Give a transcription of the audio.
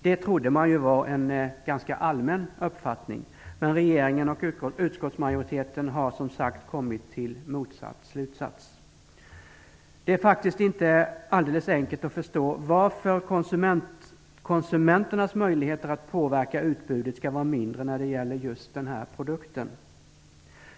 Det borde ju vara en ganska allmän uppfattning, men regeringen och utskottsmajoriteten har som sagt kommit till motsatt slutsats. Det är faktiskt inte alldeles enkelt att förstå varför konsumenternas möjlighet att påverka utbudet skall vara mindre när det gäller just den här produkten.